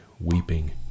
weeping